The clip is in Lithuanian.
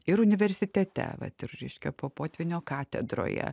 ir universitete vat ir reiškia po potvynio katedroje